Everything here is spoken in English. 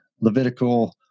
Levitical